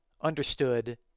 understood